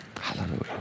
Hallelujah